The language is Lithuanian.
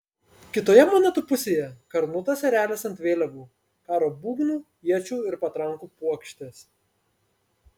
kitoje monetų pusėje karūnuotas erelis ant vėliavų karo būgnų iečių ir patrankų puokštės